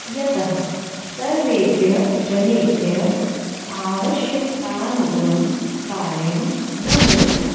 यतः सर्वेभ्यः जनेभ्यः आवश्यकतानुगुणं कार्यं न मिलति